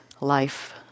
life